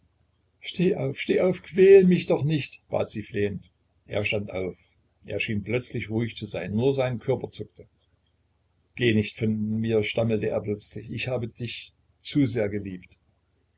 steh auf steh auf quäl mich doch nicht bat sie flehend er stand auf er schien plötzlich ruhig zu sein nur sein körper zuckte geh nicht von mir stammelte er plötzlich ich ich habe dich zu sehr geliebt